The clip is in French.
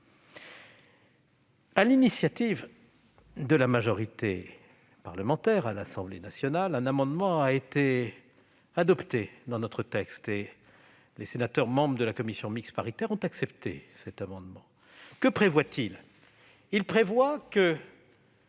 l'initiative de la majorité à l'Assemblée nationale, un amendement a été adopté dans notre texte, que les sénateurs membres de la commission mixte paritaire ont accepté. Que prévoit-il ?